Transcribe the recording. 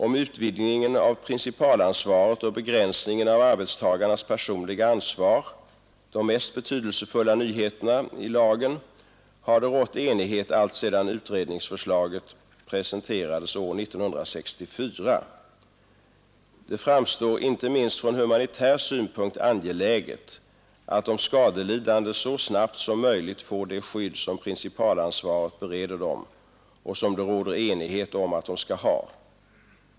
Om utvidgningen av principalansvaret och begränsningen av arbetstagares personliga ansvar — de mest betydelsefulla nyheterna i lagen — har det rått enighet alltsedan utredningsförslaget presenterades år 1964. Det framstår, inte minst från humanitär synpunkt, som angeläget att de skadelidande så snabbt som möjligt får det skydd som principalansvaret bereder dem och som det råder enighet om att de skall ha.